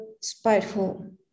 spiteful